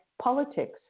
politics